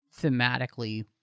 thematically